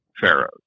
pharaohs